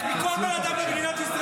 רגע, רגע, חבר הכנסת בועז,